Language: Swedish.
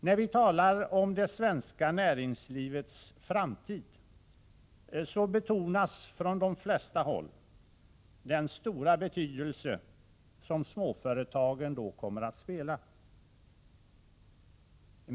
När vi talar om det svenska näringslivets framtid betonas från de flesta håll den stora betydelse som småföretagen kommer att få.